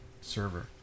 server